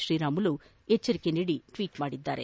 ಶ್ರೀರಾಮುಲು ಎಚ್ವರಿಕೆ ನೀಡಿ ಟ್ವೀಟ್ ಮಾಡಿದ್ದಾರೆ